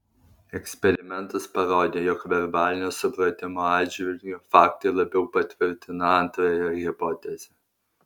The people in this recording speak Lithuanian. eksperimentas parodė jog verbalinio supratimo atžvilgiu faktai labiau patvirtina antrąją hipotezę